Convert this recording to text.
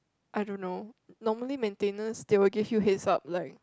I don't know normally maintenance they will give you heads up like